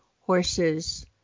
horses